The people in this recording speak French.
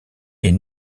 est